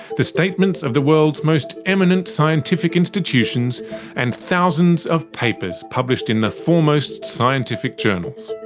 the statements of the world's most eminent scientific institutions and thousands of papers published in the foremost scientific journals.